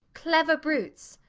clever brutes?